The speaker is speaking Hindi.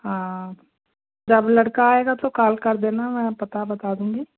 हाँ जब लड़का आएगा तो काल कर देना मैं पता बतादूँगी